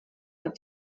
with